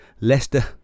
Leicester